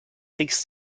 takes